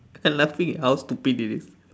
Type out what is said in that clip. laughing at how stupid this is